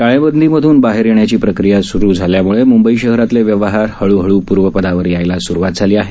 टाळेबंदीमधून बाहेर येण्याची प्रक्रीया सुरू झाल्यामुळे मुंबई शहरातले व्यवहार हळू हळू पूर्वपदावर यायला स्रुवात झाली आहे